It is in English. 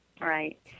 Right